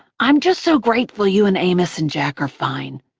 i'm just so grateful you and amos and jack are fine.